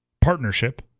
partnership